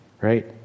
right